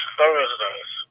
Thursdays